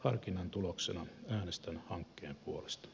harkinnan tuloksena äänestän hankkeen puolesta